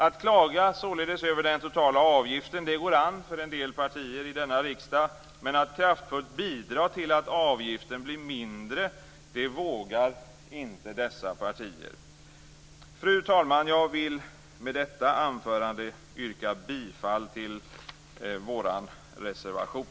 Att klaga över den totala avgiften går således an för en del partier i denna riksdag, men att kraftfullt bidra till att avgiften blir mindre vågar inte dessa partier. Fru talman! Jag vill med detta anförande yrka bifall till vår reservation.